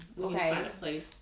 Okay